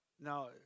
now